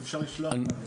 אם אפשר לשלוח לנו.